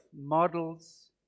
models